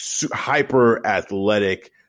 hyper-athletic